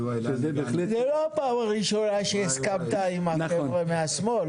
זו לא פעם ראשונה שהסכמת את חברים מהשמאל.